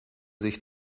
sich